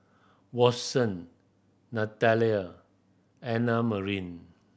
Watson Natalya Annamarie